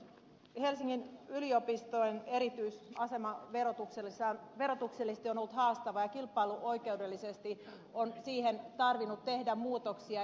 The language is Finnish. helsingin yliopiston erityisasema verotuksellisesti on ollut haastava ja kilpailuoikeudellisesti siihen on tarvinnut tehdä muutoksia